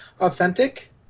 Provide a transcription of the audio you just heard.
authentic